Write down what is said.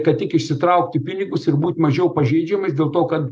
kad tik išsitraukti pinigus ir būt mažiau pažeidžiamais dėl to kad